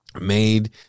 Made